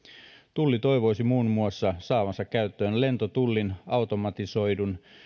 tulli toivoisi muun muassa saavansa käyttöön lentotullin automatisoidun